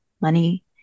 money